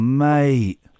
mate